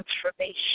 transformation